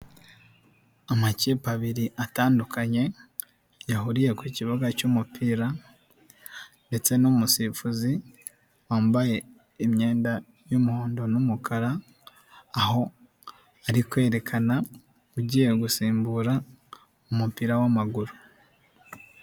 Amakipe abiri atandukanye yahuriye ku kibuga cy'umupira ndetse n'umusifuzi wambaye imyenda y'umuhondo n'umukara, aho ari kwerekana ugiye gusimbura umupira w'amaguru.